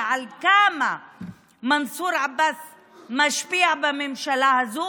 על כמה מנסור עבאס משפיע בממשלה הזו,